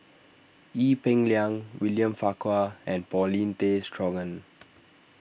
Ee Peng Liang William Farquhar and Paulin Tay Straughan